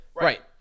Right